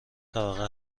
طبقه